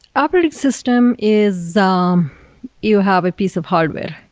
operating system is um you have a piece of hardware,